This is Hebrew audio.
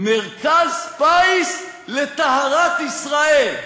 "מרכז פיס לטהרת ישראל".